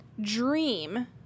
dream